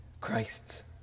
Christ's